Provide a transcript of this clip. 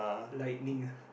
lightning ah